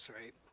right